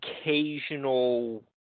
occasional